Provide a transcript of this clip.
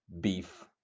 beef